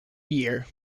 year